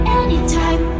anytime